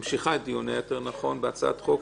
הוועדה ממשיכה את דיוניה בהצעת חוק